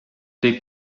they